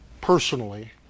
personally